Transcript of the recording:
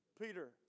Peter